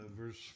Verse